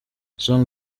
song